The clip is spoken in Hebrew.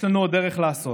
יש לנו עוד דרך לעשות